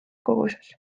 koguses